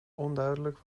onduidelijk